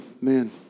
man